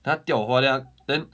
她吊我花 then 她 then